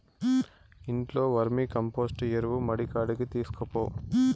ఇంట్లో వర్మీకంపోస్టు ఎరువు మడికాడికి తీస్కపో